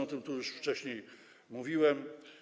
O tym tu już wcześniej mówiłem.